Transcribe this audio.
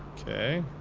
okay.